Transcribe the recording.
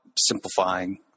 simplifying